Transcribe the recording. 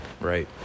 right